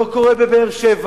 לא קורה בבאר-שבע,